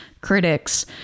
critics